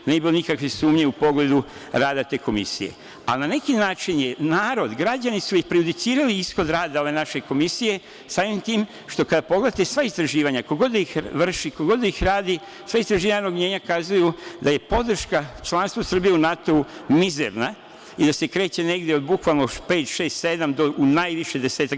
Nema nikakvih sumnji u pogledu rada te komisije, ali na neki način je narod, građani su prejudicirali ishod rada ove naše komisije, samim tim što kada pogledate sva istraživanja, ko god da ih vrši, ko god da ih radi, sva istraživanja javnog mnjenja kazuju da je podrška članstvu Srbije u NATO-u mizerna i da se kreće negde od 5, 6, 7% najviše 10%